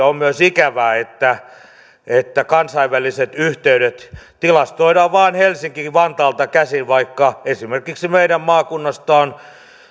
on myös ikävää että että kansainväliset yhteydet tilastoidaan vain helsinki vantaalta käsin vaikka esimerkiksi meidän maakunnasta on